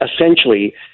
essentially